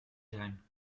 zijn